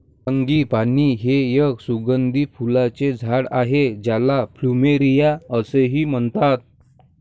frangipani हे एक सुगंधी फुलांचे झाड आहे ज्याला प्लुमेरिया असेही म्हणतात